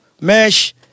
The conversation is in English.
Mesh